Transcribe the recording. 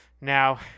Now